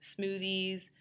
smoothies